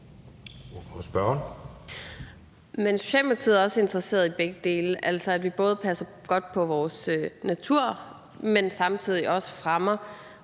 (S): Socialdemokratiet er også interesseret i begge dele, altså at vi både passer godt på vores natur, men samtidig også fremmer